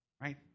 Right